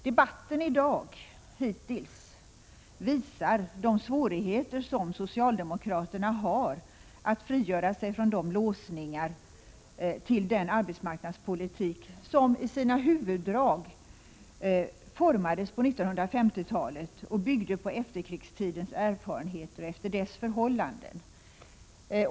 Debatten hittills i dag visar de svårigheter som socialdemokraterna har att frigöra sig från de låsningar till den arbetsmarknadspolitik som i sina huvuddrag formades på 1950-talet och byggde på efterkrigstidens erfarenheter och förhållanden.